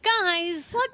Guys